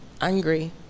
angry